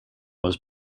was